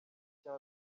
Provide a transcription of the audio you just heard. icya